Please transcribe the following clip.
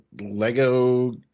Lego